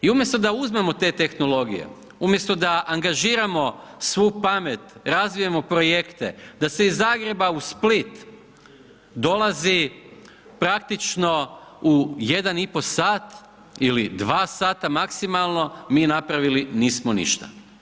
I umjesto da uzmemo te tehnologije, umjesto da angažiramo svu pamet, razvijemo projekte, da se iz Zagreba u Split dolazi praktično u 1,5 sat ili 2 sata maksimalno mi napravili nismo ništa.